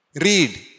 Read